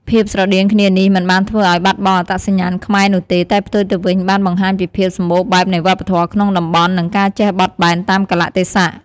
ភាពស្រដៀងគ្នានេះមិនបានធ្វើឲ្យបាត់បង់អត្តសញ្ញាណខ្មែរនោះទេ តែផ្ទុយទៅវិញបានបង្ហាញពីភាពសម្បូរបែបនៃវប្បធម៌ក្នុងតំបន់ និងការចេះបត់បែនតាមកាលៈទេសៈ។